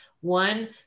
One